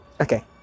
Okay